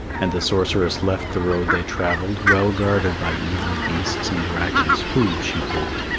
and the sorceress left the road they travelled well guarded by evil beasts and dragons who, she hoped,